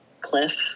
cliff